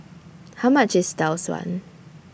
How much IS Tau Suan